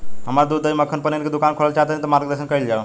हम दूध दही मक्खन पनीर के दुकान खोलल चाहतानी ता मार्गदर्शन कइल जाव?